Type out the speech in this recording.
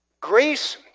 grace